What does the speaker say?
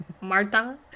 Marta